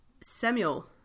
Samuel